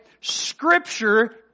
Scripture